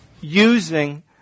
using